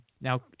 now